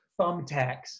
Thumbtacks